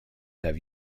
have